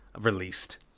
released